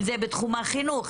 אם זה בתחום החינוך,